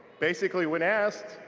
basically, when asked,